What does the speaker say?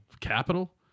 capital